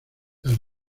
las